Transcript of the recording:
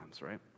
right